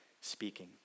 speaking